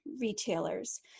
retailers